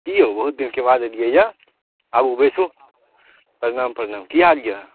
की यौ बहुत दिनके बाद एलियै यऽ आबू बैसू प्रणाम प्रणाम की हाल यऽ